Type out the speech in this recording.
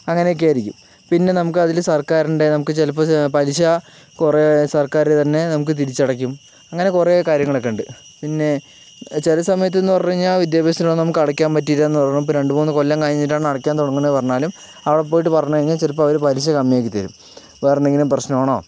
അങ്ങനെയൊക്കെ ആയിരിക്കും പിന്നെ നമുക്ക് അതില് സർക്കാരിൻ്റെ നമുക്ക് ചിലപ്പോ പലിശ കുറെ സർക്കാർ തന്നെ നമുക്ക് തിരിച്ചടക്കും അങ്ങനെ കുറെ കാര്യങ്ങളൊക്കെ ഉണ്ട് പിന്നെ ചില സമയത്ത് എന്ന് പറഞ്ഞു കഴിഞ്ഞാൽ വിദ്യാഭ്യാസ ലോണ് നമുക്ക് അടക്കാൻ പറ്റിയില്ല എന്ന് പറഞ്ഞാ ഇപ്പോൾ രണ്ടുമൂന്നു കൊല്ലം കഴിഞ്ഞിട്ടാണ് അടക്കാൻ തുടങ്ങുന്നത് എന്ന് പറഞ്ഞാലും അവിടെ പോയിട്ട് പറഞ്ഞു കഴിഞ്ഞാൽ ചിലപ്പോൾ അവര് പലിശ കമ്മി ആക്കി തരും വേറെന്തെങ്കിലും പ്രശ്നമാണോ